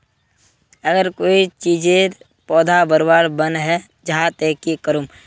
अगर कोई चीजेर पौधा बढ़वार बन है जहा ते की करूम?